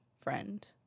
friend